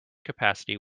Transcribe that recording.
capacity